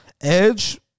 Edge